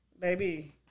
baby